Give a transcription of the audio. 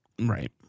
Right